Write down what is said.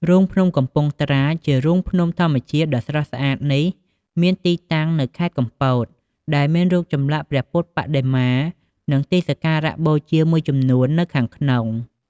រូងភ្នំកំពង់ត្រាច ជារូងភ្នំធម្មជាតិដ៏ស្រស់ស្អាតនេះមានទីតាំងនៅខេត្តកំពត ដែលមានរូបចម្លាក់ព្រះពុទ្ធបដិមា និងទីសក្ការបូជាមួយចំនួននៅខាងក្នុង។